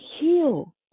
heal